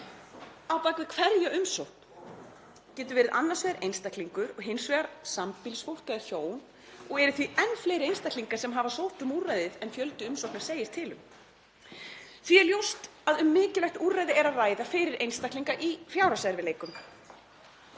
Á bak við hverja umsókn getur verið annars vegar einstaklingur og hins vegar sambýlisfólk eða hjón og eru því fleiri einstaklingar sem hafa sótt um úrræðið en fjöldi umsókna segir til um. Því er ljóst að um mikilvægt úrræði er að ræða fyrir einstaklinga í fjárhagserfiðleikum.“